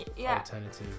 Alternative